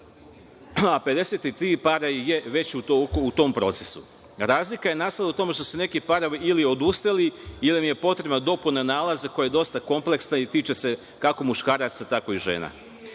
a 53 para je već u tom procesu. Razlika je nastala u tome što su neki parovi ili odustali jer je potrebna dopuna nalaza koja je dosta kompleksna i tiče se kako muškarac tako i žena.U